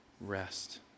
rest